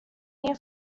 here